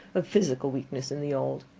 of physical weakness in the old.